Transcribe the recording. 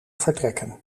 vertrekken